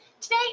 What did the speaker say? Today